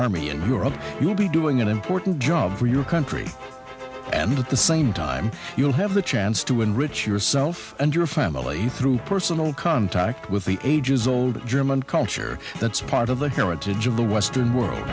army in europe you will be doing an important job for your country and at the same time you'll have the chance to enrich yourself and your family through personal contact with the ages old german culture that's part of the heritage of the western world